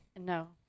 No